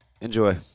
Enjoy